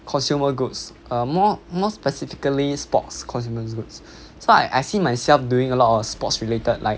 consumer goods err more more specifically sports consumer goods so I I see myself doing a lot of sports related like